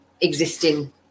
existing